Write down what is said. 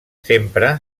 sempre